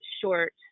short